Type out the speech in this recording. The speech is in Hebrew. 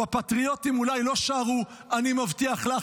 בפטריוטים אולי לא שרו "אני מבטיח לך